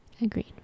Agreed